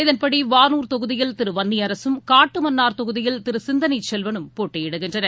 இதன்படி வானூர் தொகுதியில் திருவன்னியரசும் காட்டுமன்னார் கோவில் தொகுதியில் திருசிந்தனைசெல்வறும் போட்டியிடுகின்றனர்